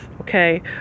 Okay